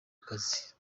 kazi